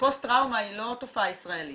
פוסט טראומה היא לא תופעה ישראלית.